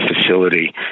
facility